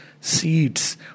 seeds